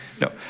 no